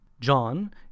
John